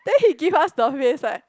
then he give us the face like